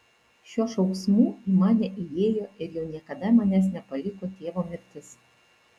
šiuo šauksmu į mane įėjo ir jau niekada manęs nepaliko tėvo mirtis